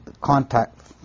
contact